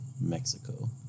Mexico